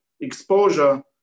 exposure